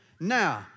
Now